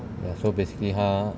ya so basically 她